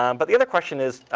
um but the other question is,